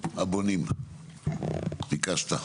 הבונים, ביקשת.